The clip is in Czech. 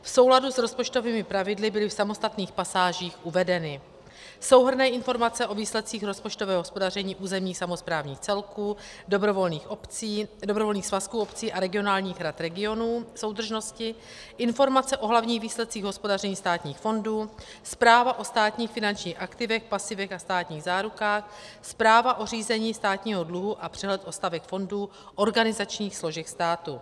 V souladu s rozpočtovými pravidly byly v samostatných pasážích uvedeny souhrnné informace o výsledcích rozpočtového hospodaření územních samosprávných celků, dobrovolných svazků obcí a regionálních rad regionů soudržnosti, informace o hlavních výsledcích hospodaření státních fondů, zpráva o státních finančních aktivech, pasivech a státních zárukách, zpráva o řízení státního dluhu a přehled o stavech fondů, organizačních složek státu.